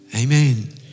Amen